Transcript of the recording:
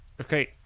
okay